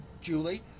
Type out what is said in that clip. Julie